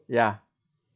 ya